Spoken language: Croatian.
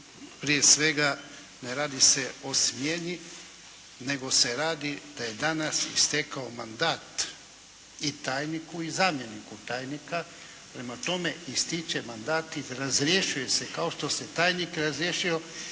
prije svega ne radi se o smjeni nego se radi da je danas istekao mandat i tajniku i zamjeniku tajnika. Prema tome ističe mandat i razrješuje se kao što se tajnik razriješio